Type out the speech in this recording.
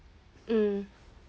um